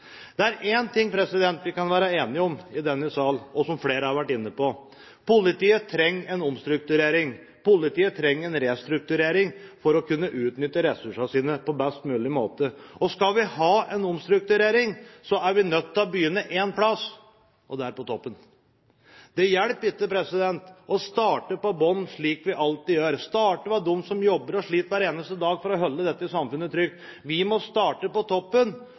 Det er én ting vi kan være enige om i denne salen, og som flere har vært inne på: Politiet trenger en omstrukturering. Politiet trenger en restrukturering for å kunne utnytte ressursene sine på best mulig måte. Skal vi ha en omstrukturering, er vi nødt til å begynne en plass, og det er på toppen. Det hjelper ikke å starte på bunnen, slik vi alltid gjør, med dem som sliter og jobber hver eneste dag for å holde dette samfunnet trygt. Vi må starte på toppen